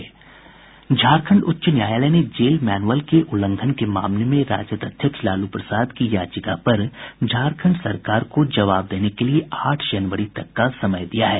झारखंड उच्च न्यायालय ने जेल मैनअल के उल्लंघन के मामले में राजद अध्यक्ष लालू प्रसाद की याचिका पर झारखंड सरकार को जवाब देने के लिए आठ जनवरी तक का समय दिया है